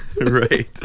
Right